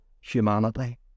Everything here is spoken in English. humanity